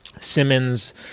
Simmons